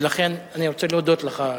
ולכן אני רוצה להודות לך,